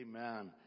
Amen